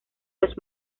los